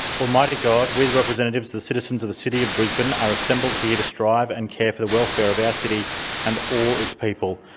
almighty god, we the representatives of the citizens of the city of brisbane are assembled here to strive and care for the welfare of our city and all its people.